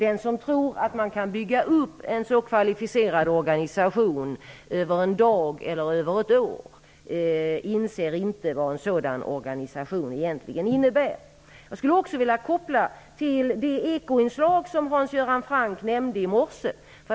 Den som tror att man kan bygga upp en så kvalificerad organisation över en dag eller över ett år inser inte vad en sådan organisation egentligen innebär. Jag skulle också vilja göra en koppling till det Ekoinslag i morse som Hans Göran Franck nämnde.